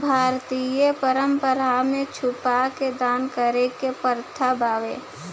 भारतीय परंपरा में छुपा के दान करे के प्रथा बावे